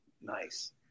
Nice